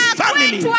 family